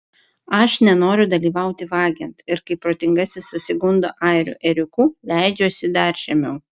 aš nenoriu dalyvauti vagiant ir kai protingasis susigundo airių ėriuku leidžiuosi dar žemiau